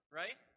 right